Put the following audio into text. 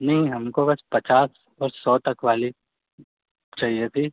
नहीं हमको बस पचास और सौ तक वाली चाहिए थी